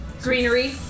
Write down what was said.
Greenery